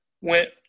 went